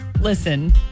listen